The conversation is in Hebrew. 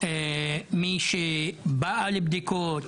מי שבאה לבדיקות,